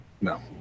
No